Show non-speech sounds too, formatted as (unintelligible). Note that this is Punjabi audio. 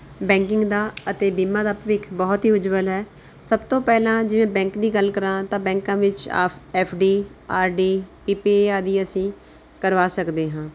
ਬੈਕਿੰਗ ਦਾ ਅਤੇ ਬੀਮਾ ਦਾ ਭਵਿੱਖ ਬਹੁਤ ਹੀ ਉਜਵੱਲ ਹੈ ਸਭ ਤੋਂ ਪਹਿਲਾਂ ਜਿਵੇਂ ਬੈਂਕ ਦੀ ਗੱਲ ਕਰਾਂ ਤਾਂ ਬੈਂਕਾਂ ਵਿੱਚ (unintelligible) F D R D P P A ਆਦਿ ਅਸੀਂ ਕਰਵਾ ਸਕਦੇ ਹਾਂ